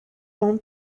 own